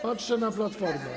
Patrzę na Platformę.